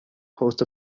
post